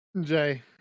Jay